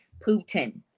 putin